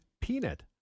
peanut